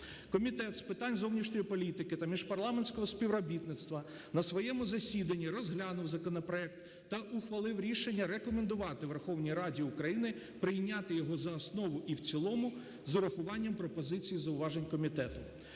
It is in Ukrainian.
Комітет з питань зовнішньої політики та міжпарламентського співробітництва на своєму засіданні розглянув законопроект та ухвалив рішення рекомендувати Верховній Раді України прийняти його за основу і в цілому з урахуванням пропозицій зауважень комітету.